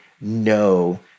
no